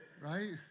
right